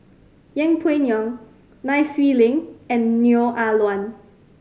Yeng Pway Ngon Nai Swee Leng and Neo Ah Luan